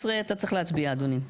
12, אתה צריך להצביע, אדוני.